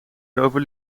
erover